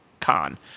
Khan